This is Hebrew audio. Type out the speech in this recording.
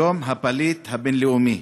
יום הפליט הבין-לאומי,